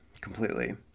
completely